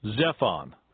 Zephon